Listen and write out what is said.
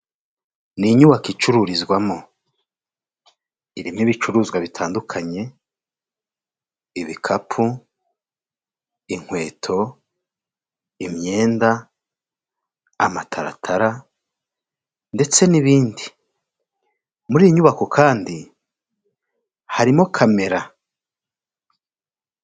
Ni inyubako icururizwamo irimo ibicuruzwa bitandukanye ibikapu, inkweto, imyenda, amataratara ndetse n'ibindi, muri iyi nyubako kandi harimo kamera.